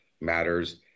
matters